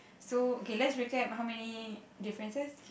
so okay let's recap how many differences